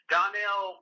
Donnell